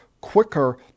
quicker